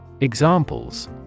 Examples